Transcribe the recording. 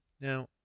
Now